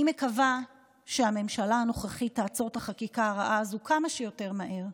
אני מקווה שהממשלה הנוכחית תעצור את החקיקה הרעה הזו כמה שיותר מהר.